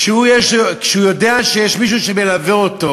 כשהוא יודע שיש מישהו שמלווה אותו